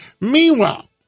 meanwhile